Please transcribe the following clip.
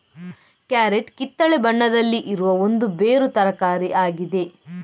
carrot ಕಿತ್ತಳೆ ಬಣ್ಣದಲ್ಲಿ ಇರುವ ಒಂದು ಬೇರು ತರಕಾರಿ ಆಗಿದೆ